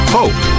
hope